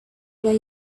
they